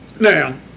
Now